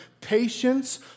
patience